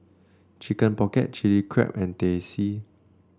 Chicken Pocket Chilli Crab and Teh C